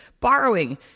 borrowing